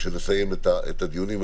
כשנסיים את הדיונים,